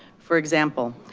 for example,